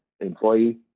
employee